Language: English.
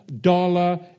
dollar